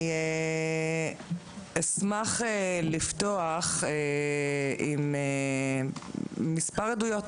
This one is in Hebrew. אשמח לפתוח עם מספר עדויות